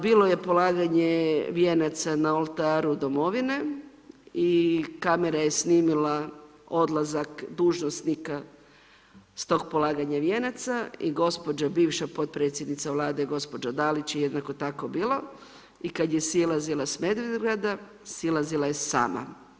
Bilo je polaganje vijenaca na Oltaru domovine i kamera je snimila odlazak dužnosnika s tog polaganja vijenaca i gospođa, bivša potpredsjednica Vlade gospođa Dalić je jednako bila i kad je silazila s Medvedgrada, silazila je sama.